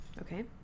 okay